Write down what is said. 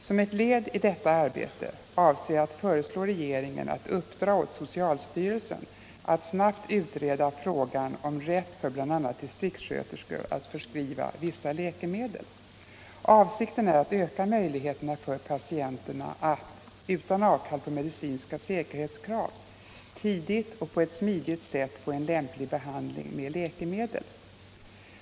Som ett led i detta arbete avser jag att föreslå regeringen att uppdra åt socialstyrelsen att snabbt utreda frågan om rätt för bl.a. distriktssköterskor att förskriva vissa läkemedel. Avsikten är att öka möjligheterna för patienter att — utan avkall på medicinska säkerhetskrav — tidigt och på ett smidigt sätt få en lämplig behandling med läkemedel.